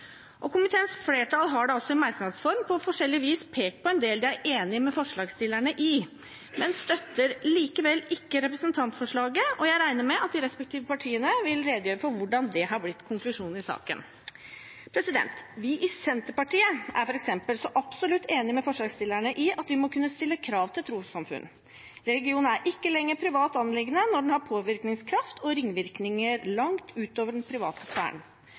Komiteens flertall har da også i merknadsform på forskjellig vis pekt på en del de er enig med forslagstillerne i, men støtter likevel ikke representantforslaget, og jeg regner med at de respektive partiene vil redegjøre for hvorfor det har blitt konklusjonen i saken. Vi i Senterpartiet er f.eks. absolutt enige med forslagsstillerne i at vi må kunne stille krav til trossamfunn. Religion er ikke lenger et privat anliggende når den har påvirkningskraft og ringvirkninger langt utover den private sfæren.